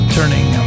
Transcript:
Turning